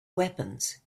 weapons